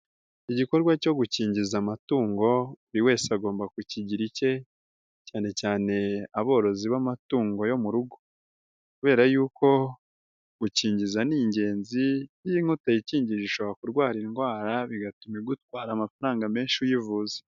Igikorwa cyo gukingiza amatungo buri wese agomba kukigira icye, cyanecyane aborozi b'amatungo yo mu rugo. Kubera yuko gukingiza ni ingenzi iyo inka utakingije ishobora kurwara indwara bigatuma igutwara amafaranga menshi uyivuza.